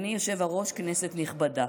אדוני היושב-ראש, כנסת נכבדה,